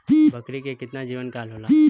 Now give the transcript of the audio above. बकरी के केतना जीवन काल होला?